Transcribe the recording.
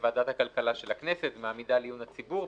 לוועדת הכלכלה של הכנסת ומעמידה לעיון הציבור.